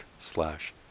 slash